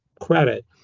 credit